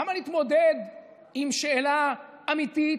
למה להתמודד עם שאלה אמיתית?